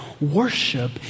worship